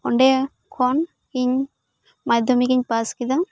ᱚᱸᱰᱮ ᱠᱷᱚᱱ ᱤᱧ ᱢᱟᱫᱷᱚᱢᱤᱠ ᱤᱧ ᱯᱟᱥ ᱠᱮᱫᱟ